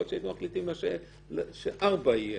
יכול להיות שהייתם מחליטים שזה יהיה 4 שנים.